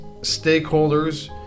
stakeholders